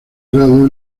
grado